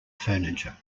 furniture